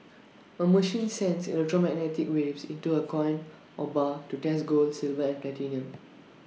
A machine sends electromagnetic waves into A coin or bar to test gold silver and platinum